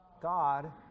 God